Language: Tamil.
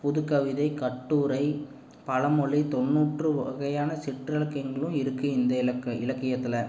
புதுக்கவிதை கட்டுரை பழமொழி தொண்ணூற்று வகையான சிற்றிலக்கியங்களும் இருக்குது இந்த இலக்க இலக்கியத்தில்